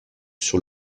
sur